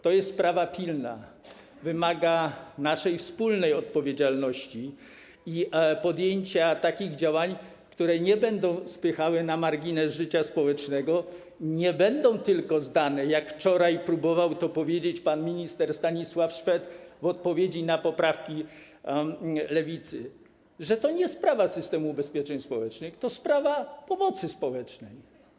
To jest sprawa pilna, wymaga naszej wspólnej odpowiedzialności i podjęcia takich działań, które nie będą spychały na margines życia społecznego, nie będą tylko takie, jak wczoraj próbował to powiedzieć pan minister Stanisław Szwed w odpowiedzi na poprawki Lewicy, że to nie sprawa systemu ubezpieczeń społecznych, to sprawa pomocy społecznej.